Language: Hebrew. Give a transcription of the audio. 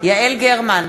יעל גרמן,